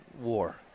war